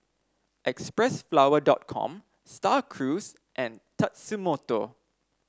Xpressflower com Star Cruise and Tatsumoto